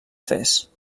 fes